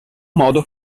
modo